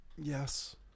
Yes